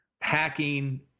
hacking